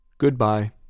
Goodbye